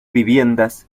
viviendas